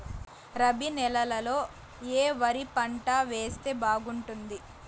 రబి నెలలో ఏ వరి పంట వేస్తే బాగుంటుంది